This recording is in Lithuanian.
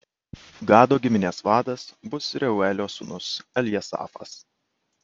gado giminės vadas bus reuelio sūnus eljasafas